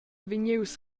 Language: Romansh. vegnius